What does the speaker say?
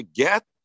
get